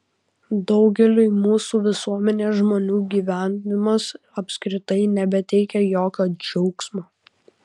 daugeliui mūsų visuomenės žmonių gyvenimas apskritai nebeteikia jokio džiaugsmo